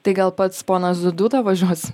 tai gal pats ponas duda važiuos